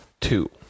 two